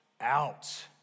out